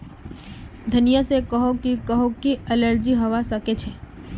धनिया से काहको काहको एलर्जी हावा सकअछे